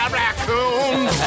raccoons